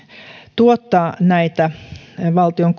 tuottaa näitä valtion